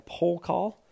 pollcall